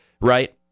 right